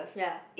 ya